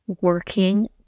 working